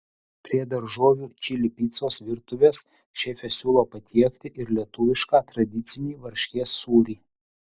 prie daržovių čili picos virtuvės šefė siūlo patiekti ir lietuvišką tradicinį varškės sūrį